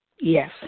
Yes